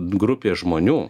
grupė žmonių